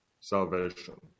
salvation